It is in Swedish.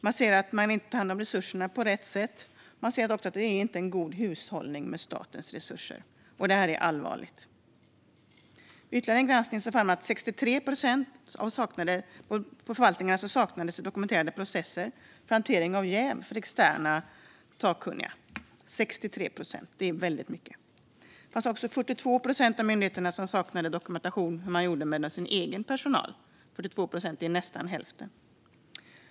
Resurserna tas inte om hand på rätt sätt, och det är inte fråga om god hushållning med statens resurser. Det är allvarligt. Ytterligare en granskning visar att hos 63 procent av myndigheterna saknas dokumenterade processer för hantering av jäv för externa sakkunniga. Det är mycket. 42 procent av myndigheterna saknar dokumentation för hur man gör med den egna personalen. Det är nästan hälften.